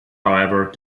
however